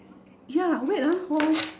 ya wait ah hold on